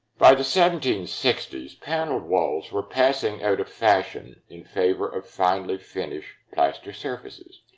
by the seventeen sixty s, paneled walls were passing out of fashion in favor of finely-finished plaster surfaces.